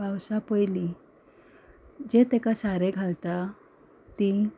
पावसा पयलीं जें तेका सारें घालता तीं